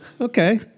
Okay